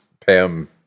Pam